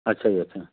अच्छा जी अच्छा